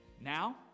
Now